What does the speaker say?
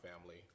family